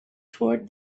toward